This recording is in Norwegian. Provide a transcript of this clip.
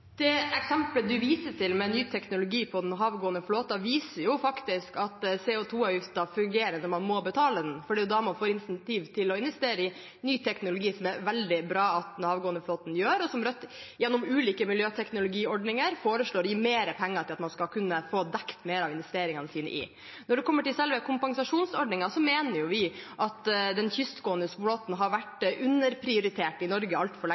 Det eksemplet representanten viser til med ny teknologi på den havgående flåten, viser jo faktisk at CO 2 -avgiften fungerer når man må betale den. Det er da man får insentiv til å investere i ny teknologi, som det er veldig bra at den havgående flåten gjør, og som Rødt gjennom ulike miljøteknologiordninger foreslår å gi mer penger til at man skal kunne få dekket mer av investeringene sine i. Når det gjelder selve kompensasjonsordningen, mener vi at den kystgående flåten har vært underprioritert i Norge altfor